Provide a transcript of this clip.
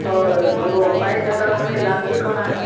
اور جو پینٹ ہوتا ہے اس میں لاسٹک ہونا ہے